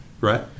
Right